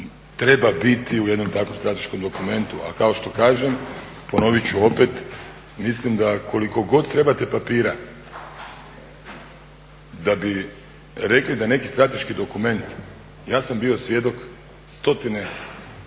treba biti u jednom takvom strateškom dokumentu. A kao što kažem, ponovit ću opet, mislim da koliko god trebate papira da bi rekli da je neki strateški dokument ja sam bio svjedok stotine,